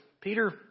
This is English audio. Peter